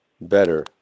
Better